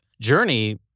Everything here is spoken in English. journey